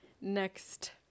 Next